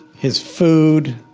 his food,